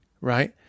right